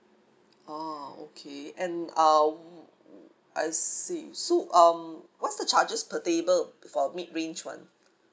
orh okay and uh I see so um what's the charges per table for mid range [one]